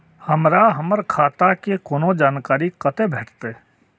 हमरा हमर खाता के कोनो जानकारी कतै भेटतै?